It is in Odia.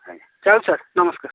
ଆଜ୍ଞା ଯାଉଛି ସାର୍ ନମସ୍କାର